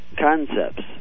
concepts